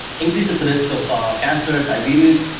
increases the risk of ah cancer, diabetes,